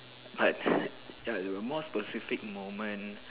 but ya there were more specific moment